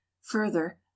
further